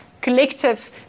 collective